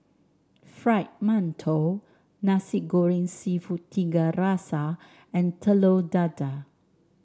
Fried Mantou Nasi Goreng seafood Tiga Rasa and Telur Dadah